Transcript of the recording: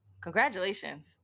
congratulations